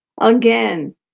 Again